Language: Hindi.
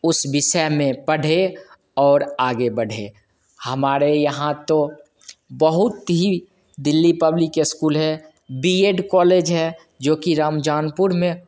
उस विषय में पढ़े और आगे बढ़े हमारे यहाँ तो बहुत ही दिल्ली पब्लिक स्कूल है बीएड कॉलेज है जो की रामजौनपुर में